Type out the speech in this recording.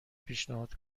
پیشنهاد